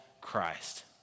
Christ